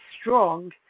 strong